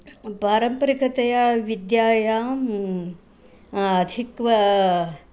पारम्परिकतया विद्यायां अधिका